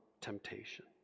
temptation